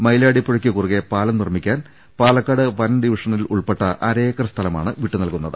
മൈലാടിപ്പുഴക്ക് കുറുകെ പാലം നിർമ്മിക്കാൻ പാലക്കാട് വനം ഡിവി ഷനിൽ ഉൾപ്പെട്ട അരയേക്കർ സ്ഥലമാണ് വിട്ടു നൽകുന്നത്